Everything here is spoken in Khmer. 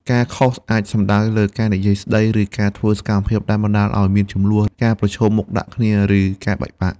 ការ "ខុស" អាចសំដៅលើការនិយាយស្តី ឬធ្វើសកម្មភាពដែលបណ្ដាលឱ្យមានជម្លោះ ការប្រឈមមុខដាក់គ្នា ឬការបែកបាក់។